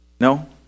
No